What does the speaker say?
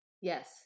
Yes